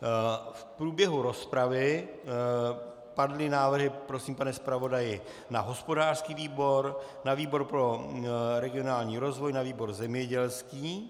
V průběhu rozpravy padly návrhy prosím, pane zpravodaji na hospodářský výbor, na výbor pro regionální rozvoj, na výbor zemědělský.